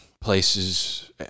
Places